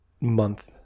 month